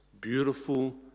beautiful